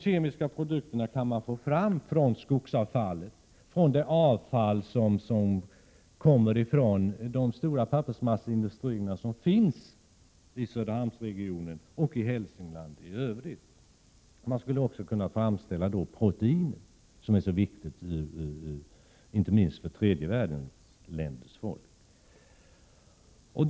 Dessa produkter kan man få fram ur det avfall som kommer från de stora pappersmasseindustrierna, som ligger i Söderhamnsregionen och i Hälsingland i övrigt. Man skulle också kunna framställa proteiner som är så viktiga, inte minst för tredje världens folk.